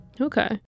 Okay